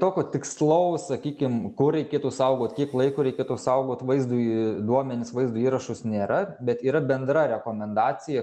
tokio tikslaus sakykim kur reikėtų saugot kiek laiko reikėtų saugot vaizdui duomenis vaizdo įrašus nėra bet yra bendra rekomendacija